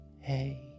hey